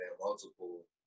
multiple